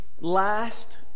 last